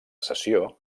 sessió